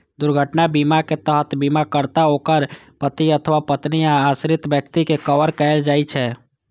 दुर्घटना बीमाक तहत बीमाकर्ता, ओकर पति अथवा पत्नी आ आश्रित व्यक्ति कें कवर कैल जाइ छै